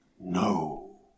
No